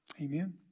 Amen